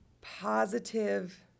positive